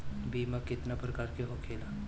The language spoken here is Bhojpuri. बीमा केतना प्रकार के होखे ला?